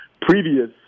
previous